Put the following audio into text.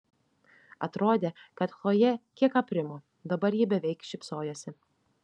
atrodė kad chlojė kiek aprimo dabar ji beveik šypsojosi